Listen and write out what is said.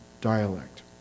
dialect